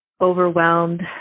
overwhelmed